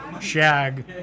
shag